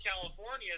California